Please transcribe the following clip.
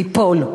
ליפול.